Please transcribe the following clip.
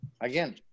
again